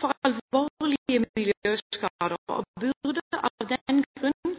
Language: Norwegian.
for alvorlig miljøskade og burde av den grunn